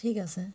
ঠিক আছে